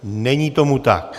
Není tomu tak.